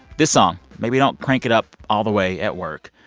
this song, maybe don't crank it up all the way at work.